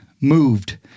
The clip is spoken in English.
moved